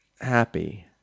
happy